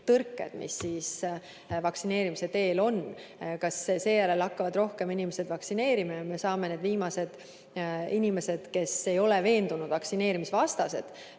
mis vaktsineerimise teel on. Kas seejärel hakkavad inimesed rohkem vaktsineerima ja me saame need viimased inimesed, kes ei ole veendunud vaktsineerimisvastased,